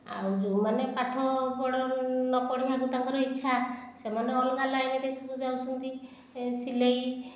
ଆଉ ଯେଉଁମାନେ ପାଠ ନପଢ଼ିବାକୁ ତାଙ୍କର ଇଚ୍ଛା ସେମାନେ ଅଲଗା ଲାଇନ୍କୁ ସବୁ ଯାଉଛନ୍ତି ସିଲେଇ